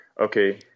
okay